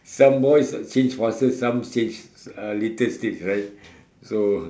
some boys change fast some change uh later stage right so